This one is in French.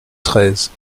treize